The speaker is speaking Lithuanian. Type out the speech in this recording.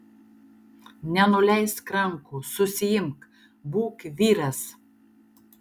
nenuleisk rankų susiimk būk vyras